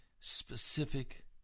Specific